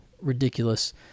ridiculous